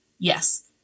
Yes